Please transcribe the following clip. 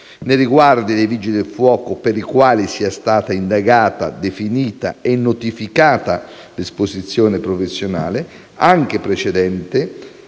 nei riguardi dei vigili del fuoco per i quali sia stata indagata, definita e notificata l'esposizione professionale, anche precedente,